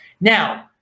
Now